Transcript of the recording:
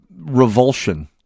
revulsion